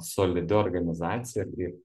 solidi organizacija kaip